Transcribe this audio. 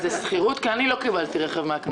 אז זה שכירות, כי אני לא קיבלתי רכב מהכנסת,